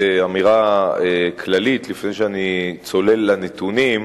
אמירה כללית, לפני שאני צולל לנתונים,